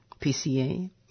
PCA